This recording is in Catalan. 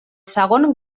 segon